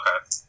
Okay